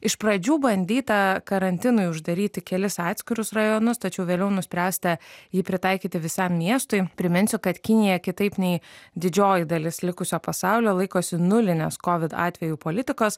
iš pradžių bandyta karantinui uždaryti kelis atskirus rajonus tačiau vėliau nuspręsta jį pritaikyti visam miestui priminsiu kad kinija kitaip nei didžioji dalis likusio pasaulio laikosi nulinės kovis atvejų politikos